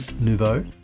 Nouveau